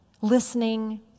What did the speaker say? listening